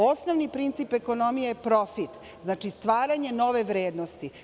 Osnovni princip ekonomije je profit, stvaranje nove vrednosti.